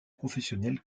professionnel